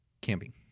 Camping